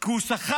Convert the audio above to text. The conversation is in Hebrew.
כי הוא סחט